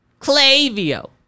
Clavio